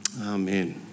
amen